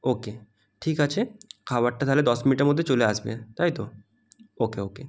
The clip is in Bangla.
ওকে ঠিক আছে খাওয়ারটা তাহলে দশ মিনিটের মধ্যে চলে আসবে তাই তো ওকে ওকে